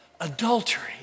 adultery